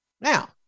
Now